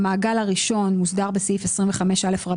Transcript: המעגל הראשון מוסדר בסעיף 25א(ב)